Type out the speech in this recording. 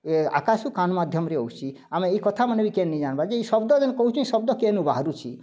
ଇଏ ଆକାଶ କାନ୍ ମାଧ୍ୟମରେ ହେଉଛି ଆମେ ଏଇ କଥାମାନେ ବି କେନ୍ ନେଇ ଜାନ୍ବା ଯେ ଏଇ ଶବ୍ଦ ଯେନ୍ କହୁଛି ଶବ୍ଦ କେନୁ ବାହାରୁଛି